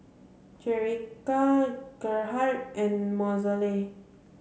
Jerrica Gerhard and Mozelle